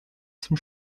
zum